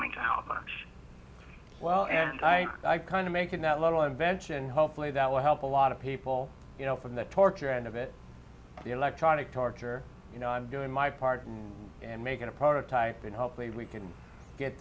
much well i kind of making that little invention hopefully that will help a lot of people you know from that torture end of it the electronic torture you know i'm doing my part and and making a prototype and hopefully we can get